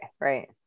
right